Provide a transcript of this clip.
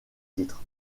titres